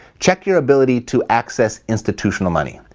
check your ability to access institutional money.